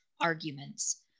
arguments